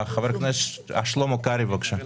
חבר הכנסת שלמה קרעי, בבקשה.